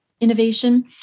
innovation